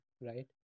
right